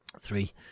three